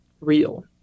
real